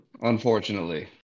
Unfortunately